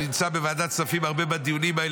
אני נמצא בוועדת כספים הרבה בדיונים האלה,